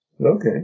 Okay